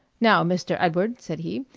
now, mr. edward, said he,